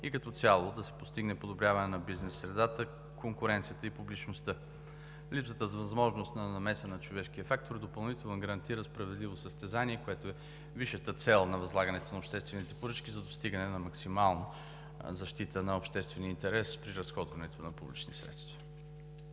и като цяло да се постигне подобряване на бизнес средата, конкуренцията и публичността. Липсата на възможност за намеса на човешкия фактор допълнително гарантира справедливо състезание, което е висшата цел на възлагането на обществените поръчки за достигане на максимална защита на обществения интерес при разходването на публични средства.